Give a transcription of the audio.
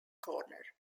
corner